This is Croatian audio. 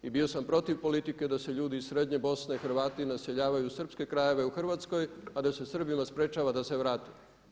I bio sam protiv politike da se ljudi iz srednje Bosne, Hrvati naseljavaju u srpske krajeve u Hrvatskoj, a da se Srbima sprječava da se vrate.